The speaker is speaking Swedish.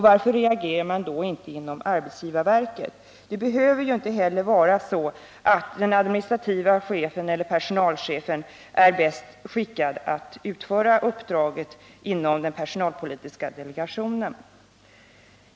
Varför reagerar man då inte inom arbetsgivarverket? Det behöver inte heller vara så att en administrativ chef eller personalchef är bäst skickad att utföra uppdraget inom den personalpolitiska delegationen.